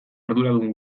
arduradun